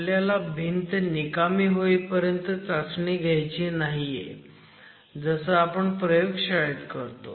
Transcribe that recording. आपल्याला भिंत निकामी होईपर्यंत चाचणी घ्यायची नाहीये जसं आपण प्रयोगशाळेत करतो